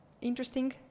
interesting